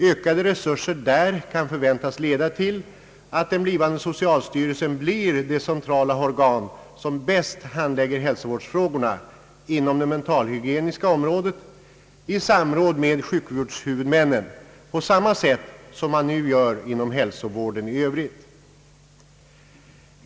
Ökade resurser där kan förväntas leda till att den blivande socialstyrelsen blir det centrala organ som bäst handlägger hälsovårdsfrågorna inom det mentalhygieniska området i samråd med sjukvårdshuvudmännen, på samma sätt som man nu gör inom hälsovården i övrigt.